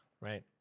Right